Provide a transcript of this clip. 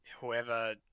whoever